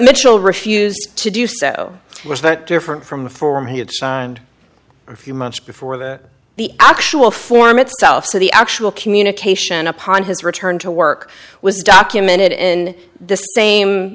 mitchell refused to do so was that different from the form he had signed a few months before the the actual form itself so the actual communication upon his return to work was documented in the same